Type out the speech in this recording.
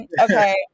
Okay